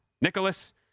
Nicholas